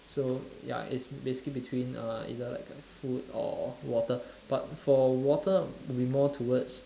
so ya it's basically between uh either food or water but for water would be more towards